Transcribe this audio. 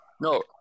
No